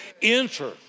enter